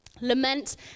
Lament